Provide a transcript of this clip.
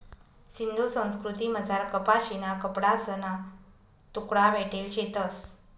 सिंधू संस्कृतीमझार कपाशीना कपडासना तुकडा भेटेल शेतंस